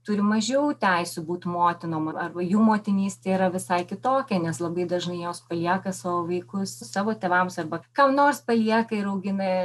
turi mažiau teisių būti motinom arba jų motinystė yra visai kitokia nes labai dažnai jos palieka savo vaikus savo tėvams arba kam nors palieka ir augina